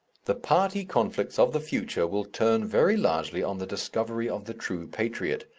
the party conflicts of the future will turn very largely on the discovery of the true patriot,